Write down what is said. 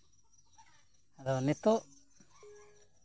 ᱟᱫᱚ ᱱᱤᱛᱳᱜ